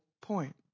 point